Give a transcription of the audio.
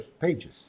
pages